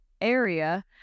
area